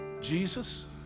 Jesus